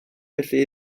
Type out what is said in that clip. felly